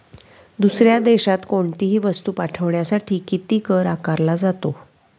दुसऱ्या देशात कोणीतही वस्तू पाठविण्यासाठी किती कर आकारला जातो?